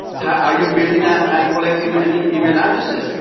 are you building that and collecting and um email addresses?